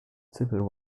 civil